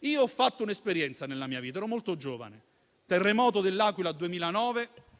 Io ho fatto un'esperienza nella mia vita, quando ero molto giovane: terremoto dell'Aquila del 2009,